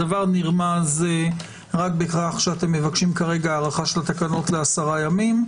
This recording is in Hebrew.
הדבר נרמז רק בכך שאתם מבקשים הארכת התקנות לעשרה ימים.